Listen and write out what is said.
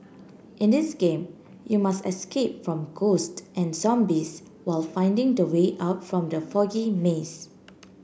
in this game you must escape from ghost and zombies while finding the way out from the foggy maze